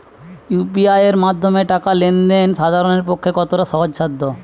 UPI এর মাধ্যমে টাকা লেন দেন সাধারনদের পক্ষে কতটা সহজসাধ্য?